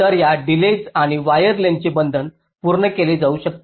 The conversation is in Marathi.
तर या डिलेज आणि वायर लेंग्थस चे बंधन पूर्ण केले जाऊ शकते